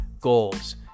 goals